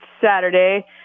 Saturday